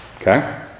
Okay